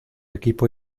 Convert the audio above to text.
equipo